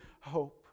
hope